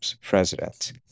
president